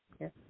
Yes